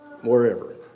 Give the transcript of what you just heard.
wherever